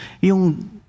Yung